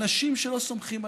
אנשים שלא סומכים עליכם,